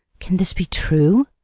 can this be true?